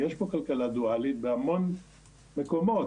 יש פה כלכלה דואלית בהמון מקומות,